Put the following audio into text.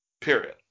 Period